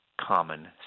common